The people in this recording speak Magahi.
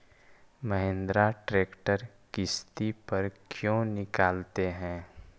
महिन्द्रा ट्रेक्टर किसति पर क्यों निकालते हैं?